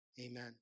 Amen